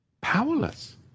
Powerless